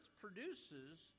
produces